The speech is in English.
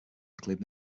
include